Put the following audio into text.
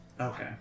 Okay